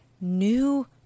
new